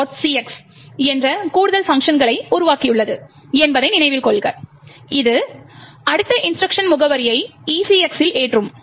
cx என்ற கூடுதல் பங்க்ஷன்களை உருவாக்கியுள்ளது என்பதை நினைவில் கொள்க இது அடுத்த இன்ஸ்ட்ருக்ஷன் முகவரியை ECX இல் ஏற்றும்